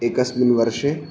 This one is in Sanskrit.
एकस्मिन् वर्षे